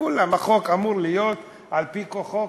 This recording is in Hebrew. החוק אמור להיות על-פי כוחו,